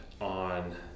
on